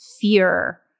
fear